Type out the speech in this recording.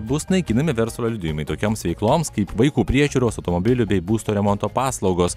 bus naikinami verslo liudijimai tokioms veikloms kaip vaikų priežiūros automobilių bei būsto remonto paslaugos